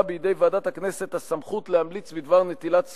בידי ועדת הכנסת הסמכות להמליץ בדבר נטילת זכויות,